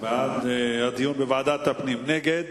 בעד הדיון בוועדת הפנים, נגד,